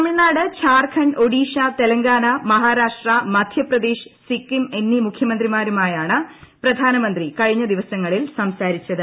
തമിഴ്ന്റെട് ജാർഖണ്ഡ് ഒഡീഷ തെലങ്കാന മഹാരാഷ്ട്ര മധ്യപ്രദേശ് സിക്കിം എന്നീ മുഖ്യമന്ത്രിമാരുമായാണ് പ്രധാനമന്ത്രി കഴിഞ്ഞ ദിവസങ്ങളിൽ സംസാരിച്ചത്